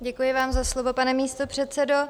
Děkuji vám za slovo, pane místopředsedo.